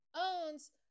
owns